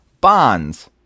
Bonds